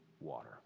water